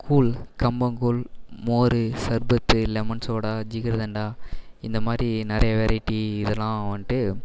கூழ் கம்பங்கூழ் மோர் சர்பத்து லெமன் சோடா ஜிகர்தண்டா இந்தமாதிரி நிறையா வெரைட்டி இதெலாம் வந்துட்டு